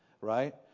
right